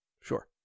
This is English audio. Sure